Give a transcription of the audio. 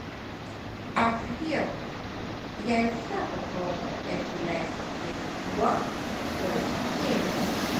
ačiū dievui jai užteko proto edžiui leisti tikėti tuo kuo jis tikėjo